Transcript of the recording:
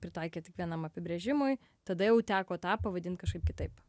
pritaikė tik vienam apibrėžimui tada jau teko tą pavadint kažkaip kitaip